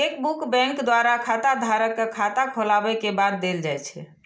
chequebook bank द्वारा खाताधारक कें खाता खोलाबै के बाद देल जाइ छै